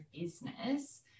business